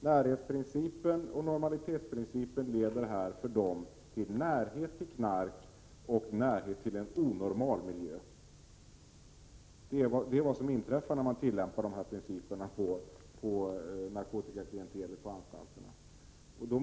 Närhetsprincipen och normalitetsprincipen leder för narkotikamissbrukarna till närhet till knark och närhet till en onormal miljö. Det är vad som inträffar när man tillämpar de principerna på narkotikaklientelet på anstalterna.